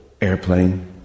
airplane